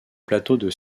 plateau